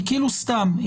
היא כאילו סתם.